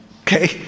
okay